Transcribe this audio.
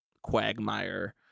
Quagmire